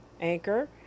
Anchor